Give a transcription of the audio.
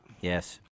Yes